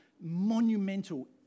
monumental